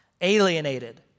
Alienated